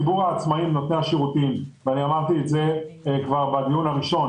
לציבור העצמאים נותני השירותים אמרתי את זה כבר בדיון הראשון